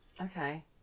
Okay